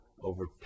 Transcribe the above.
over